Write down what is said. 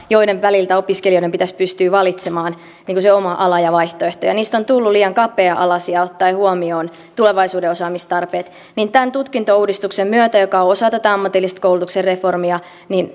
joiden väliltä opiskelijoiden pitäisi pystyä valitsemaan se oma ala ja vaihtoehto ja niistä on tullut liian kapea alaisia ottaen huomioon tulevaisuuden osaamistarpeet niin tämän tutkintouudistuksen myötä joka on osa tätä ammatillisen koulutuksen reformia